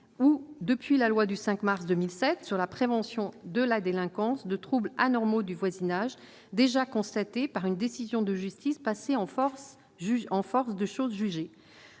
ou, depuis la loi du 5 mars 2007 sur la prévention de la délinquance, de troubles anormaux du voisinage déjà constatés par une décision de justice passée en force de chose jugée.